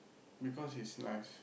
because it's nice